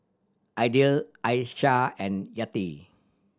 Aidil Aisyah and Yati